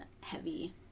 heavy